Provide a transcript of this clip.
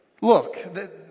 look